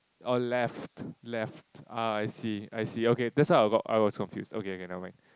oh left left ah I see I see okay this I got I got confused okay okay nevermind